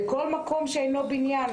בכל מקום שאינו בניין,